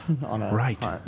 Right